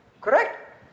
Correct